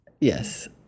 Yes